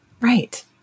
right